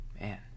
Man